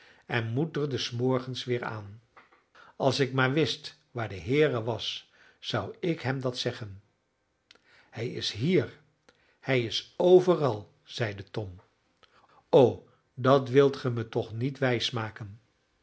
en moet er des morgens weer aan als ik maar wist waar de heere was zou ik hem dat zeggen hij is hier hij is overal zeide tom o dat wilt ge me toch niet wijsmaken